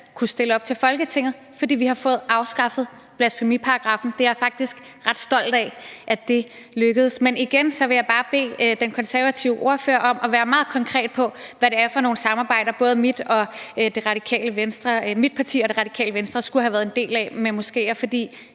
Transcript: kunne stille op til Folketinget, fordi vi havde fået afskaffet blasfemiparagraffen. Det er jeg faktisk ret stolt af lykkedes, men igen vil jeg bare bede den konservative ordfører om at være meget konkret på, hvad det er for nogle samarbejder med moskeer, både mit parti og Det Radikale Venstre skulle have været en del af, for